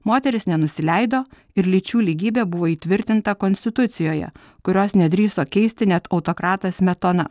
moterys nenusileido ir lyčių lygybė buvo įtvirtinta konstitucijoje kurios nedrįso keisti net autokratas smetona